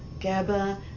GABA